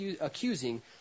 accusing